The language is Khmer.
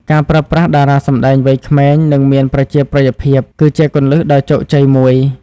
ការប្រើប្រាស់ តារាសម្តែងវ័យក្មេង និងមានប្រជាប្រិយភាពគឺជាគន្លឹះដ៏ជោគជ័យមួយ។